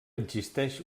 existeix